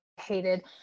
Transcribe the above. hated